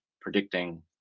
predicting